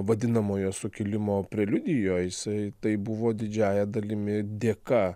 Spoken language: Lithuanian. vadinamojo sukilimo preliudijoj jisai tai buvo didžiąja dalimi dėka